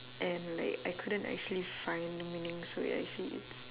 and like I couldn't actually find the meaning so it actually it's